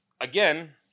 Again